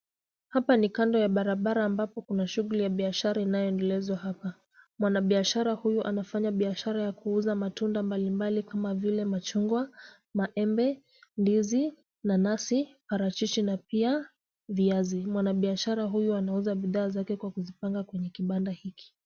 Hapa ni kando ya barabara ambapo kuna shughuli ya biashara inayoendeleshwa hapa. Mwanabiashara huyu anafanya biashara ya kuuza matunda mbalimbali kama vile machungwa, maembe, ndizi, nanasi, parachichi na pia viazi. Mwanabiashara huyu anauza bidhaa zake kwa kuzipanga kwa kibanda hiki.